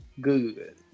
good